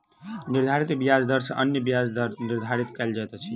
निर्धारित ब्याज दर सॅ अन्य ब्याज दर निर्धारित कयल जाइत अछि